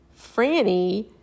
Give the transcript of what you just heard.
Franny